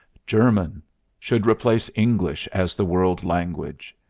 german should replace english as the world language.